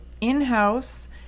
in-house